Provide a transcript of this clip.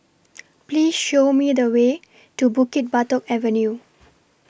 Please Show Me The Way to Bukit Batok Avenue